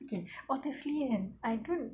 okay honestly kan I don't